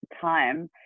time